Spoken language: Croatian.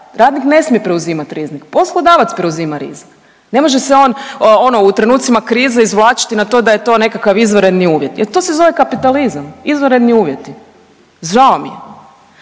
Radnik ne smije preuzimati rizik, poslodavac preuzima rizik. Ne može se on ono u trenucima krize izvlačiti na to da je to nekakav izvanredni uvjet, e to se zove kapitalizam, izvanredni uvjeti. Žao mi je.